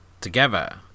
together